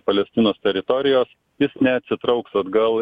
palestinos teritorijos jis neatsitrauks atgal